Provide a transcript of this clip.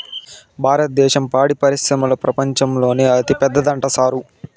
భారద్దేశం పాడి పరిశ్రమల ప్రపంచంలోనే అతిపెద్దదంట సారూ